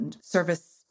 service